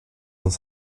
dans